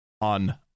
on